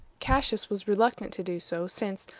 cassius was reluctant to do so, since,